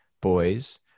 boys